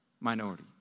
minority